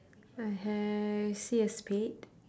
I ha~ see a spade